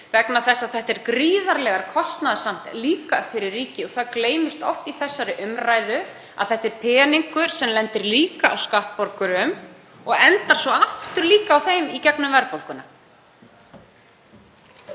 vegna þess að þetta er gríðarlega kostnaðarsamt, líka fyrir ríkið. Það gleymist oft í þessari umræðu að þetta er peningur sem lendir líka á skattborgurum og endar svo aftur á þeim í gegnum verðbólguna.